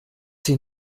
sie